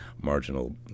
marginal